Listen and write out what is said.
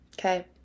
okay